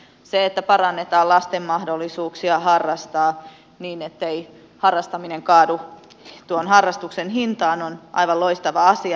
se että parannetaan lasten mahdollisuuksia harrastaa niin ettei harrastaminen kaadu tuon harrastuksen hintaan on aivan loistava asia